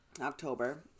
October